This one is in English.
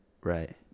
Right